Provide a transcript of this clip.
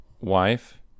wife